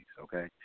Okay